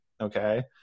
okay